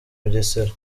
bugesera